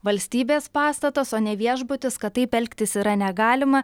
valstybės pastatas o ne viešbutis kad taip elgtis yra negalima